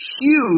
huge